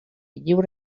lliure